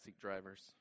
drivers